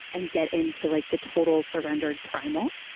and get into like the total surrendered, primal.